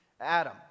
Adam